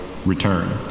return